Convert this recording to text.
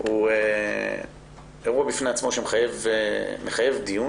הוא אירוע בפני עצמו שמחייב דיון,